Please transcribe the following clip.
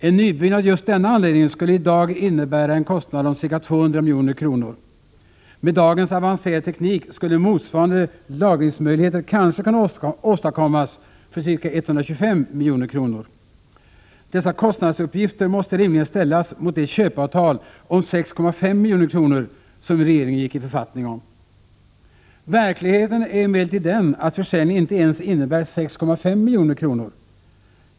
En nybyggnad av just denna anläggning skulle i dag innebära en kostnad om ca 200 milj.kr. Med dagens anvancerade teknik skulle motsvarande lagringsmöjligheter kanske kunna åstadkommas för ca 125 milj.kr. Dessa kostnadsuppgifter måste rimligen ställas mot det köpeavtal om 6,5 milj.kr. som regeringen gick i författning om. Verkligheten är emellertid att försäljningen inte ens ger 6,5 milj.kr.